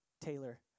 Taylor